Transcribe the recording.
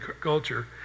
culture